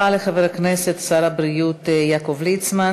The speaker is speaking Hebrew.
תודה רבה לחבר הכנסת שר הבריאות יעקב ליצמן.